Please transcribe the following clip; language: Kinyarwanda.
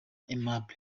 aimable